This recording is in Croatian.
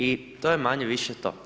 I to je manje-više to.